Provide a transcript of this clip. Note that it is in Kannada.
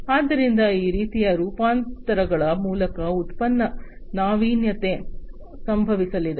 ಆದ್ದರಿಂದ ಈ ರೀತಿಯ ರೂಪಾಂತರಗಳ ಮೂಲಕ ಉತ್ಪನ್ನ ನಾವೀನ್ಯತೆ ಸಂಭವಿಸಲಿದೆ